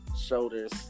shoulders